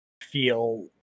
feel